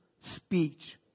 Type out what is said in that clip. speech